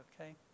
okay